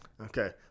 Okay